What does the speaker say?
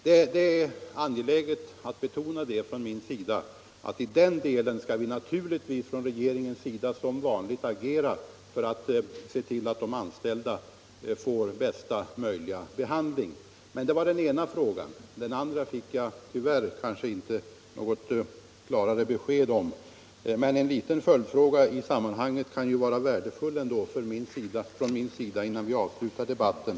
Det är angeläget för mig att betona att i den delen skall vi naturligtvis från regeringens sida som vanligt agera för att se till att de anställda får bästa möjliga behandling. Det var den ena frågan. Den andra fick jag tyvärr kanske inte något klarare besked om. Men det kan ju ändå vara värdefullt för mig att föra fram en liten följdfråga i sammanhanget, innan vi avslutar debatten.